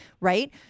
Right